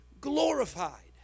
glorified